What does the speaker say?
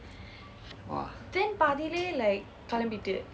!wah!